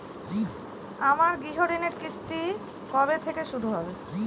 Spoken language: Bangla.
আমার গৃহঋণের কিস্তি কবে থেকে শুরু হবে?